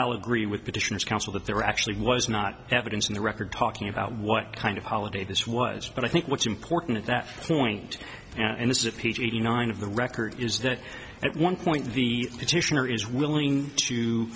i'll agree with petitions counsel that there actually was not evidence in the record talking about what kind of holiday this was but i think what's important at that point and this is a p g eighty nine of the record is that at one point the petitioner is willing to